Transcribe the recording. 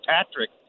Patrick